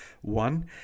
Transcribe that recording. one